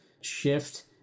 shift